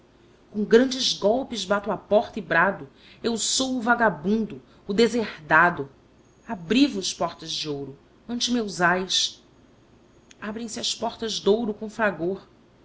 com grandes golpes bato á porta e brado eu sou o vagabundo o desherdado abri vos portas d'ouro ante meus ais abrem-se as portas d'ouro com fragor